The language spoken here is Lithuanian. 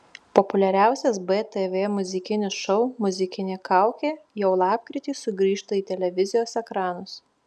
populiariausias btv muzikinis šou muzikinė kaukė jau lapkritį sugrįžta į televizijos ekranus